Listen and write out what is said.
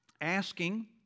Asking